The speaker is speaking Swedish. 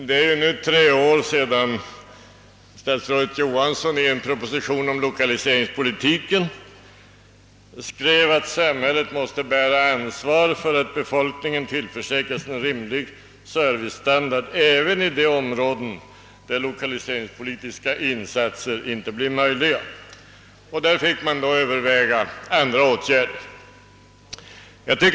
Det är nu tre år sedan statsrådet Johansson i en proposition om lokaliseringspolitiken skrev att samhället måste bära ansvaret för att befolkningen tillförsäkras en rimlig servicestandard även i de områden där lokaliserings politiska insatser inte blir möjliga. Där fick man därför överväga andra åtgärder.